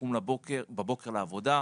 לקום בבוקר לעבודה,